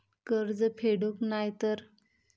कर्ज फेडूक नाय तर?